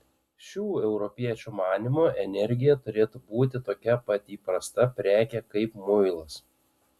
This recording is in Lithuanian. šių europiečių manymu energija turėtų būti tokia pat įprasta prekė kaip muilas